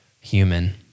human